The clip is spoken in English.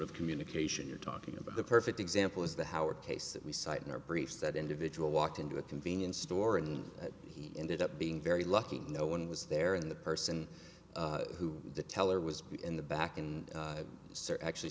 of communication you're talking about the perfect example is the howard case that we cite in our briefs that individual walked into a convenience store and he ended up being very lucky no one was there in the person who the teller was in the back in search actually